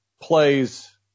plays